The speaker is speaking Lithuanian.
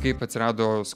kaip atsirado